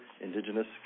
indigenous